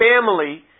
family